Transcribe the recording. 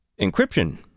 encryption